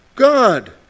god